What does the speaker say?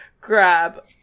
grab